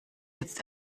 jetzt